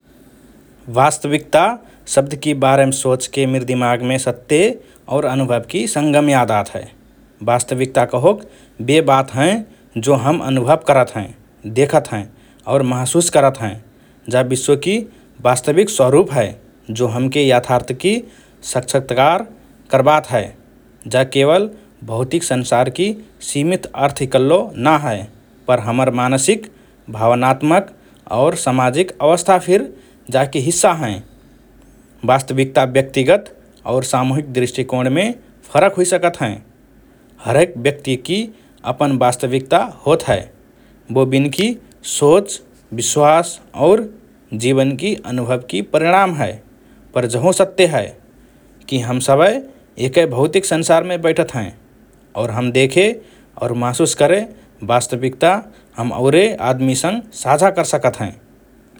“वास्तविकता” शब्दकि बारेम सोचके मिर दिमागमे सत्य और अनुभवकि संगम याद आत हए । वास्तविकता कहोक बे बात हएँ जो हम अनुभव करत हएँ, देखत हएँ और महसुस करत हएँ । जा विश्वकि वास्तविक स्वरुप हए जो हमके यथार्थकि साक्षात्कार करबात हए । जा केवल भौतिक संसारकि सीमित अर्थ इकल्लो ना हए पर हमर मानसिक, भावनात्मक और सामाजिक अवस्था फिर जाकि हिस्सा हएँ । वास्तविकता व्यक्तिगत और सामूहिक दृष्टिकोणमे फरक हुइसकत हएँ । हरेक व्यक्तिकि अपन वास्तविकता होत हए, बो बिनकि सोच, विश्वास और जीवनकि अनुभवकि परिणाम हए । पर जहु सत्य हए कि हम सबए एकए भौतिक संसारमे बैठत हएँ और हम देखे और महसुस करे वास्तविकता हम औरे आदमिसँग साझा कर सकत हएँ ।